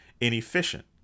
inefficient